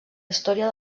història